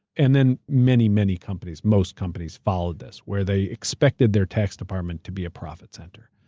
and then many, many companies, most companies followed this where they expected their tax department to be a profit center.